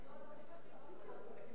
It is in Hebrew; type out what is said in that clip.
אני שואלת מדוע